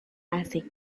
hace